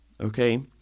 Okay